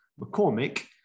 McCormick